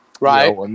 Right